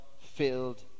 filled